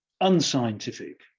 unscientific